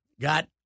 got